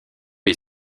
est